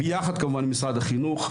יחד עם משרד החינוך,